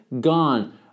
gone